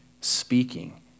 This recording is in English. speaking